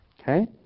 Okay